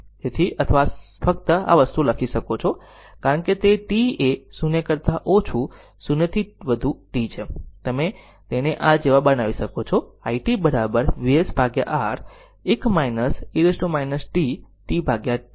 તેથી અથવા ફક્ત આ વસ્તુ લખી શકો છો કારણ કે તે t એ 0 કરતા ઓછું 0 થી વધુ t છે તમે તેને આ જેવા બનાવી શકો છો i t VsR 1 e t tτ u